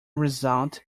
result